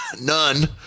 none